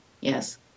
Yes